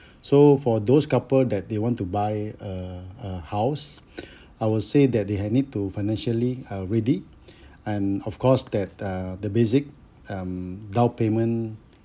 so for those couple that they want to buy a a house I will say that they need to financially are ready and of course that uh the basic um down payment